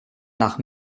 nach